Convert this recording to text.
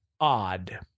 odd